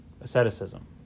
asceticism